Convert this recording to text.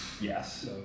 Yes